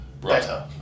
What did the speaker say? better